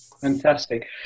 Fantastic